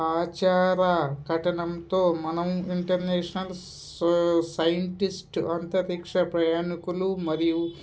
ఆచార కథనంతో మనం ఇంటర్నేషనల్ స సైంటిస్ట్ అంతరిక్ష ప్రయాణికులు మరియు